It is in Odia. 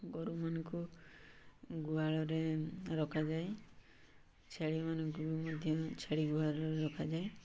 ଗୋରୁମାନଙ୍କୁ ଗୁହାଳରେ ରଖାଯାଏ ଛେଳିମାନଙ୍କୁ ବି ମଧ୍ୟ ଛେଳି ଗୁହାଳରେ ରଖାଯାଏ